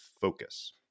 focus